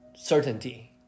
Certainty